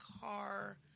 car